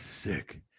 Sick